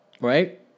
right